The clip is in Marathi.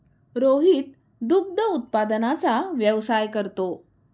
रोहित दुग्ध उत्पादनाचा व्यवसाय करतो